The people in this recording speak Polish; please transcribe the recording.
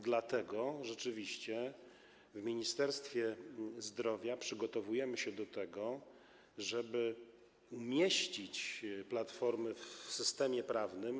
Dlatego rzeczywiście w Ministerstwie Zdrowia przygotowujemy się do tego, żeby umieścić platformy w systemie prawnym.